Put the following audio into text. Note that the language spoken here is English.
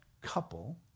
couple